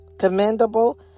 commendable